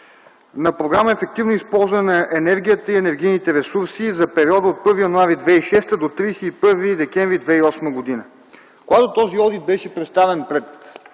на програма „Ефективно използване на енергията и енергийните ресурси” за периода от 1 януари 2006 до 31 декември 2008 г. Когато този одит беше представен пред